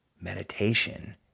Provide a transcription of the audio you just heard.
Meditation